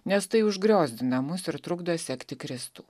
nes tai užgriozdina mus ir trukdo sekti kristų